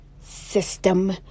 system